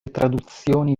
traduzioni